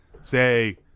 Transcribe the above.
say